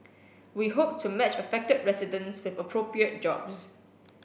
we hope to match affected residents with appropriate jobs